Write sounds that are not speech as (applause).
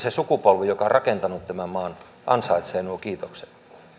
(unintelligible) se sukupolvi joka on rakentanut tämän maan ansaitsee nuo kiitokset